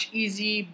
easy